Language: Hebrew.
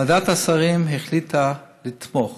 ועדת השרים החליטה לתמוך